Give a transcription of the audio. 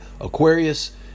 aquarius